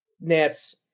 Nets